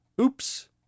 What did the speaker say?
Oops